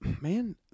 man